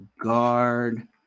Guard